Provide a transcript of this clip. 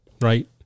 right